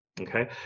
Okay